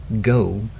go